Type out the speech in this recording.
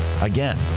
Again